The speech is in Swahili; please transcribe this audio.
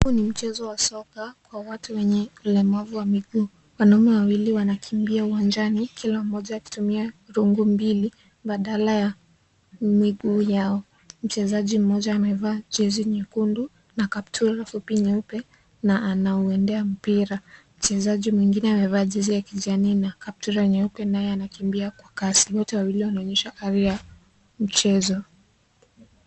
Huu ni mchezo wa soka kwa watu wenye ulemavu wa miguu. Wanaume wawili wanakimbia uwanjani, kila mmoja akitumia rungu mbili badala ya miguu yao. Mchezaji mmoja amevaa jesi nyekundu na kaptula fupi nyeupe na anauendea mpira. Mchezaji mwingine amevaa jesi ya kijani na kaptula nyeupe, naye anakimbia kwa Kasi. Wote wawili wanaonyesha hari ya mchezo.